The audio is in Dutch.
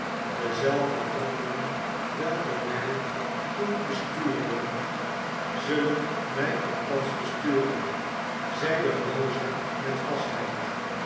dezelfde gronden welke mij toen bestuurden zullen mij ook thans besturen zeide rosa met vastheid